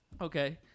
Okay